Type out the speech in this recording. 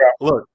look